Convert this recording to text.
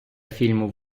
фільму